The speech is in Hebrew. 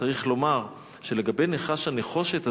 צריך לומר שלגבי נחש הנחושת הזה,